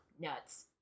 Nuts